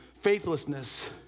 faithlessness